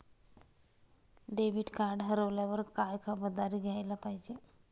Debit card हरवल्यावर काय खबरदारी घ्यायला पाहिजे?